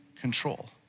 control